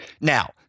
Now